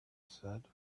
said